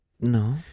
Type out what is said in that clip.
No